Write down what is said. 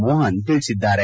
ಮೋಹನ್ ತಿಳಿಸಿದ್ದಾರೆ